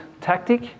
tactic